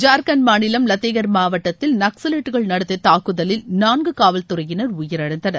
ஜார்கண்ட் மாநிலம் லத்தேகர் மாவட்டத்தில் நக்சவைட்டுகள் நடத்திய தாக்குதலில் நான்கு காவல் துறையினர் உயிரிழந்தனர்